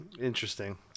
Interesting